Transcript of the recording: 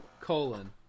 Colon